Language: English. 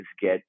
get